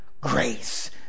grace